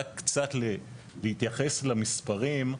רק קצת להתייחס למספרים,